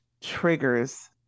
triggers